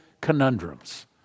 conundrums